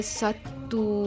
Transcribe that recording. satu